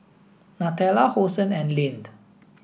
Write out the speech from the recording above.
Nutella Hosen and Lindt